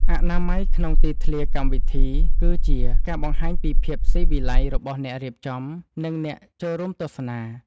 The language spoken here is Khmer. អនាម័យក្នុងទីធ្លាកម្មវិធីគឺជាការបង្ហាញពីភាពស៊ីវិល័យរបស់អ្នករៀបចំ និង អ្នកចូលរួមទស្សនា។